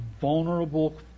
vulnerable